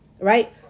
right